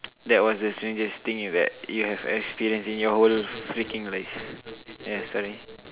that was the strangest thing you have you have experience in your whole freaking life